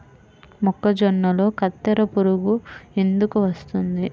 మొక్కజొన్నలో కత్తెర పురుగు ఎందుకు వస్తుంది?